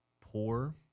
poor